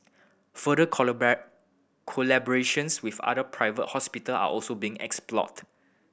further collaborations with other private hospital are also being explored